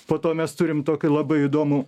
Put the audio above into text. po to mes turim tokį labai įdomų